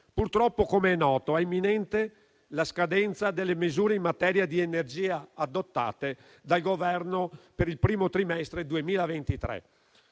Purtroppo, com'è noto, è imminente la scadenza delle misure in materia di energia adottate dal Governo per il primo trimestre 2023.